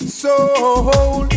soul